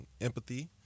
empathy